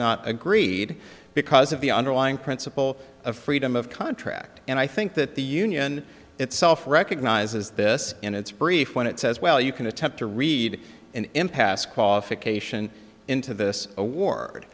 not agreed because of the underlying principle of freedom of contract and i think that the union itself recognizes this in its brief when it says well you can attempt to read an impasse qualification into this awar